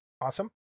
awesome